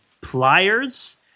pliers